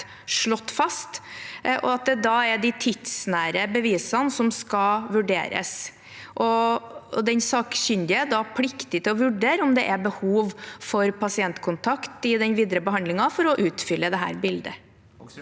slått fast, og da er det de tidsnære bevisene som skal vurderes. Den sakkyndige er da pliktig til å vurdere om det er behov for pasientkontakt i den videre behandlingen for å utfylle dette bildet.